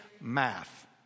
Math